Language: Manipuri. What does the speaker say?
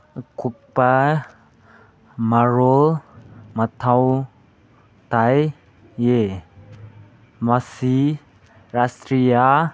ꯑꯀꯨꯞꯄ ꯃꯔꯣꯜ ꯃꯊꯧ ꯇꯥꯏꯌꯦ ꯃꯁꯤ ꯔꯥꯁꯇ꯭ꯔꯤꯌꯥ